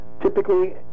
typically